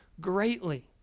greatly